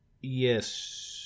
yes